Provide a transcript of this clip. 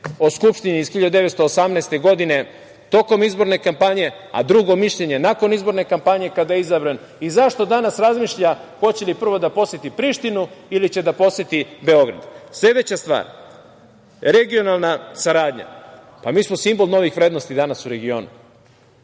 o Skupštini iz 1918. godine tokom izborne kampanje, a drugo mišljenje nakon izborne kampanje kada je izabran i zašto danas razmišlja hoće li prvo da poseti Prištinu ili će da poseti Beograd? Sledeća stvar – regionalna saradnja. Mi smo simbol novih vrednosti danas u regionu.